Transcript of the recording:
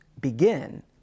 begin